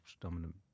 dominant